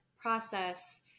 process